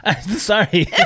Sorry